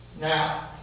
Now